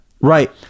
Right